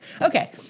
Okay